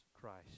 Christ